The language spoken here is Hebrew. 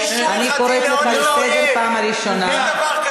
רגע, תקשיב רגע.